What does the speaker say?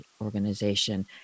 organization